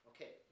Okay